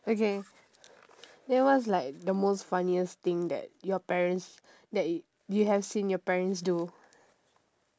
okay then what's like the most funniest thing that your parents that yo~ you have seen your parents do